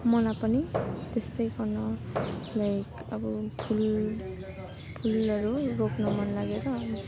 मलाई पनि त्यस्तै गर्न लाइक अब फुल फुलहरू रोप्न मनलागेर